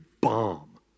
bomb